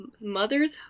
mothers